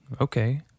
Okay